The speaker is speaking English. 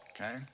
okay